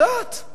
יודעת.